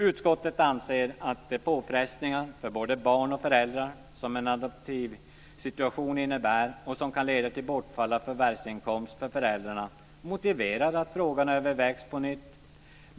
Utskottet anser att de påfrestningar för både barn och föräldrar som en adoptivsituation innebär och som kan leda till bortfall av förvärvsinkomst för föräldrarna motiverar att frågan övervägs på nytt.